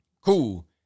Cool